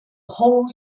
whole